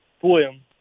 poem